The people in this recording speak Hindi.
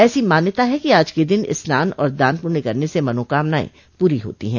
ऐसी मान्यता है कि आज के दिन स्नान और दान पुण्य करने से मनोकामनाये पूरी होती ह